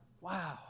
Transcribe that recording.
Wow